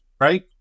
right